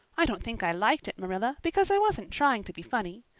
i don't think i liked it, marilla, because i wasn't trying to be funny.